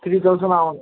three thousand ஆவும்